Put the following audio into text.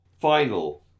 final